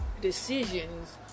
decisions